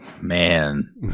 Man